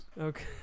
Okay